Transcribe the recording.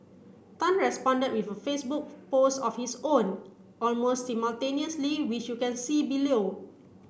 tan responded with a Facebook post of his own almost simultaneously which you can see below